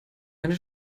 eine